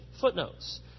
footnotes